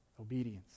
obedience